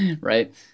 right